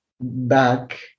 back